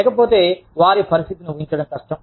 లేకపోతే వారి పరిస్థితి ని ఊహించడం కష్టం